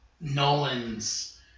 Nolan's